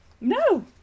No